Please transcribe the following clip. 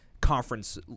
conference